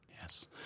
Yes